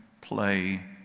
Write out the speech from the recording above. play